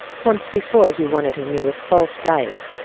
once before he won it of me with false dice,